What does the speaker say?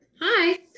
Hi